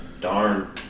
Darn